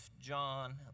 John